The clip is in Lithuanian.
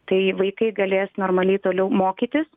tai vaikai galės normaliai toliau mokytis